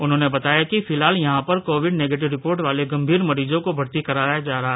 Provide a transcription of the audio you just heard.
उन्होंने बताया कि फिलहाल यहां पर कोविड नेगेटिव रिपोर्ट वाले गंभीर मरीजों को भर्ती कराया जाएगा